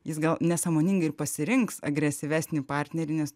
jis gal nesąmoningai ir pasirinks agresyvesnį partnerį nes